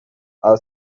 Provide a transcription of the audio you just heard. are